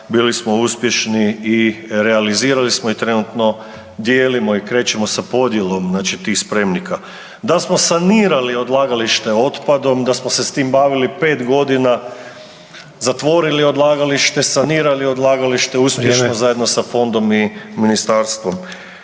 bili smo uspješni i realizirali smo i trenutno dijelimo i krećemo sa podjelom znači tih spremnika. Da smo sanirali odlagalište otpadom, da smo se s tim bavili 5 godina, zatvorili odlagalište, sanirali odlagalište, uspješno zajedno .../Upadica: Vrijeme./...